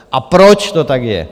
A proč to tak je?